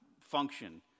function